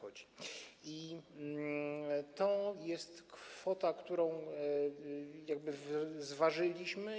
I to jest kwota, którą jakby zważyliśmy.